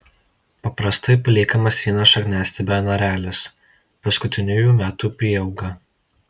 paprastai paliekamas vienas šakniastiebio narelis paskutiniųjų metų prieauga